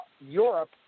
Europe